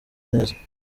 neza